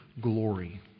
glory